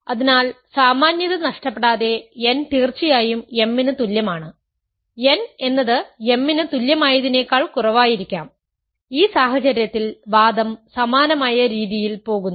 അതിനാൽ സാമാന്യത നഷ്ടപ്പെടാതെ n തീർച്ചയായും m ന് തുല്യമാണ് n എന്നത് m ന് തുല്യമായതിനേക്കാൾ കുറവായിരിക്കാം ഈ സാഹചര്യത്തിൽ വാദം സമാനമായ രീതിയിൽ പോകുന്നു